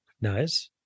Nice